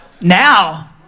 Now